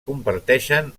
comparteixen